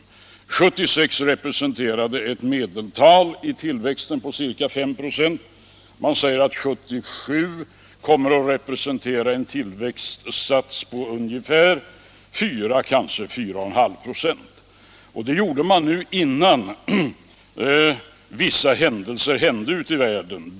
1976 representerade ett medeltal i tillväxten på ca 5 26, och 1977 kommer att representera en tillväxtsats på ungefär 4, kanske 4,5 26. Det här slog man fast innan vissa händelser inträffade ute i världen.